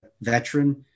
veteran